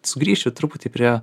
sugrįšiu truputį prie